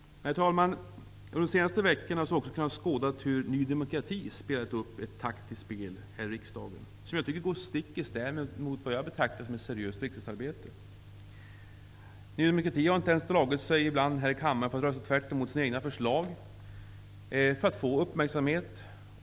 Herr talman! Under de senaste veckorna har vi kunnat skåda Ny demokratis taktiska spel här i riksdagen. Jag tycker att det går stick i stäv med vad jag betraktar som ett seriöst riksdagsarbete. Ny demokrati har ibland inte ens dragit sig för att här i kammaren rösta tvärtemot sina egna förslag för att få uppmärksamhet.